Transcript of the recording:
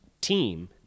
team